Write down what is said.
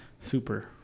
Super